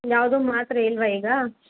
ಯಾವುದೂ ಮಾತ್ರೆ ಇಲ್ಲವಾ ಈಗ